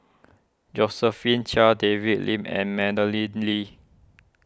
Josephine Chia David Lim and Madeleine Lee